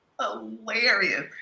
hilarious